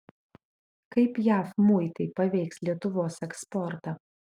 kaip jav muitai paveiks lietuvos eksportą